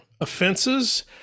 offenses